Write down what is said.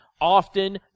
often